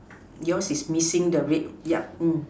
yours is missing the red yup